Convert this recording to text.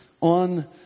on